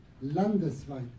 landesweit